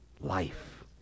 life